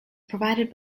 provided